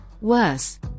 Worse